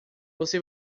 você